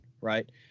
right